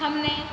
हमने